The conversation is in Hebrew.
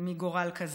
מגורל כזה?